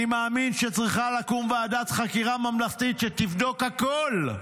אני מאמין שצריכה לקום ועדת חקירה ממלכתית שתבדוק הכול.